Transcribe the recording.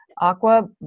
aqua